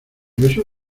eso